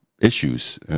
issues